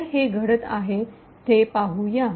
तर हे घडत आहे हे पाहू या